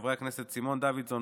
חברי הכנסת סימון דוידסון,